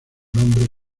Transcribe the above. nombre